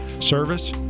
service